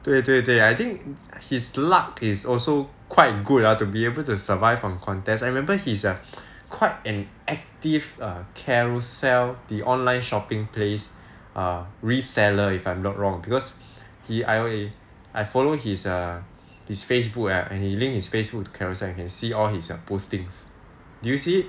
对对对 I think his luck is also quite good ah to be able to survive on contest I remember he's quite an active err Carousell the online shopping place err reseller if I'm not wrong because I follow his err his Facebook ah and he linked his Facebook to Carousell I can see all his postings did you see it